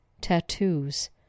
tattoos